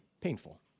painful